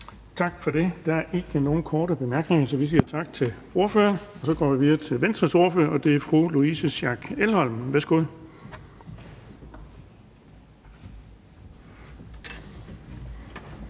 Tak for det. Der er ikke nogen korte bemærkninger, så vi siger tak til ordføreren. Vi går videre til Nye Borgerliges ordfører, og det er hr. Lars Boje Mathiesen. Værsgo.